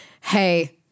Hey